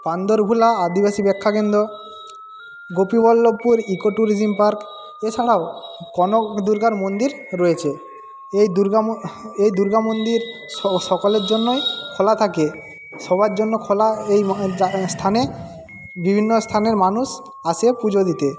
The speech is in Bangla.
বান্দরভুলা আদিবাসী প্রেক্ষাকেন্দ্র গোপীবল্লভপুর ইকোট্যুরিজুং পার্ক এছাড়াও কনক দুর্গার মন্দির রয়েছে এই দুর্গা এই দুর্গা মন্দির সকলের জন্যই খোলা থাকে সবার জন্য খোলা এই স্থানে বিভিন্ন স্থানের মানুষ আসে পুজো দিতে